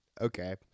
Okay